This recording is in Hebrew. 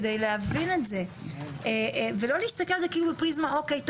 כדי להבין את זה ולא להסתכל על זה כאילו פריזמה אוקיי,